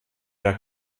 der